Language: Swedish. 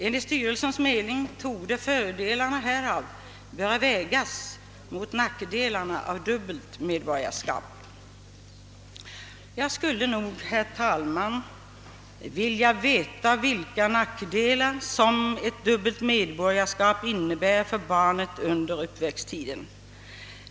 Enligt styrelsens mening torde fördelarna härav böra vägas mot nackdelarna av dubbelt medborgarskap för barnet.» Jag skulle, herr talman, gärna vilja veta vilka nackdelar ett dubbelt medborgarskap innebär för barnet under uppväxttiden.